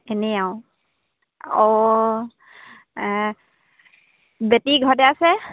এনেই আৰু অঁ বেটী ঘৰতে আছে